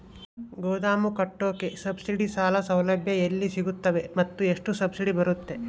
ಗೋದಾಮು ಕಟ್ಟೋಕೆ ಸಬ್ಸಿಡಿ ಸಾಲ ಸೌಲಭ್ಯ ಎಲ್ಲಿ ಸಿಗುತ್ತವೆ ಮತ್ತು ಎಷ್ಟು ಸಬ್ಸಿಡಿ ಬರುತ್ತೆ?